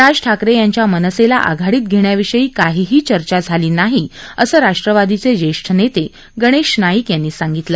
राज ठाकरे यांच्या मनसेला आघाडीत घेण्याविषयी काहीही चर्चा झाली नाही असं राष्ट्रवादीचे ज्येष्ठ नेते गणेश नाईक यांनी सांगितलं